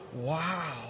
Wow